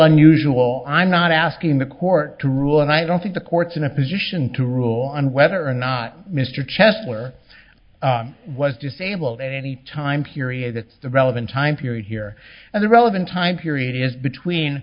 unusual i'm not asking the court to rule and i don't think the courts in a position to rule on whether or not mr chesler was disabled any time period that the relevant time period here and the relevant time period is between